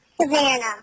Savannah